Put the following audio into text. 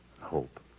hope